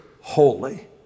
holy